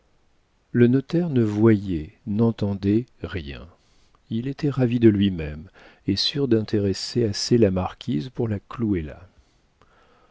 le notaire ne voyait n'entendait rien il était ravi de lui-même et sûr d'intéresser assez la marquise pour la clouer là